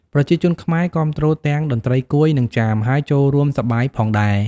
ប្រជាជនខ្មែរគាំទ្រទាំងតន្ត្រី កួយ និងចាម ហើយចូលរួមសប្បាយផងដែរ។